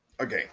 Okay